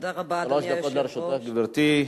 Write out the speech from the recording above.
שלוש דקות לרשותך, גברתי.